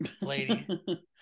lady